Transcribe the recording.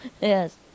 Yes